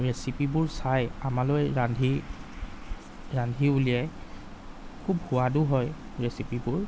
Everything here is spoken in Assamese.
ৰেছিপিবোৰ চায় আমালৈ ৰান্ধি ৰান্ধি উলিয়াই খুব সোৱাদো হয় ৰেছিপিবোৰ